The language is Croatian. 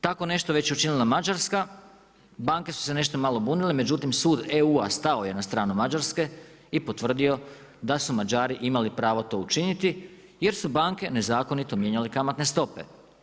Tako nešto već je učinila Mađarska, banke su se malo nešto bunile, međutim, Sud EU stao je na stranu Mađarske i potvrdio da su Mađari imali pravo to učiniti, jer su banke nezakonito mijenjale kamatne stope.